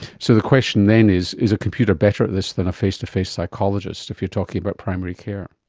so the question then is is a computer better at this than a face-to-face psychologist, if you're talking about primary care?